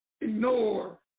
ignore